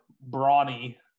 brawny